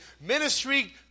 ministry